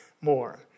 more